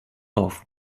off